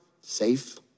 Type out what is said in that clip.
Safe